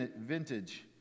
vintage